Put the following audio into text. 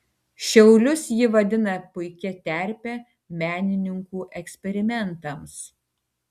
šiaulius ji vadina puikia terpe menininkų eksperimentams